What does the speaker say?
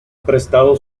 prestado